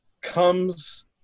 comes